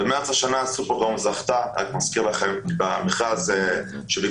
במרס השנה "סופרקום" זכתה אני רק מזכיר לכם במכרז שביקש